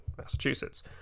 massachusetts